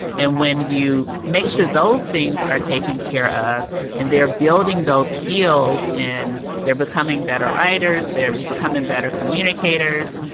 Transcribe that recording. and when you make sure those things are taken care of and they're building those skills in there, becoming better writers, they're becoming better communicators,